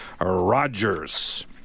Rogers